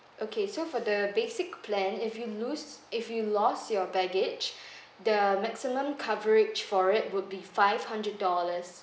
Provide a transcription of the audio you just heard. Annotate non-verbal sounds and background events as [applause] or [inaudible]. okay so for the basic plan if you lose if you lost your baggage [breath] the maximum coverage for it would be five hundred dollars